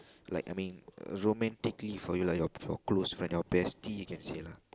like I mean romantically for you lah for close friend your bestie you can say lah